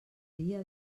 dia